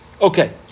Okay